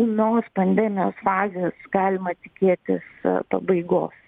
ūmios pandemijos fazės galima tikėtis pabaigos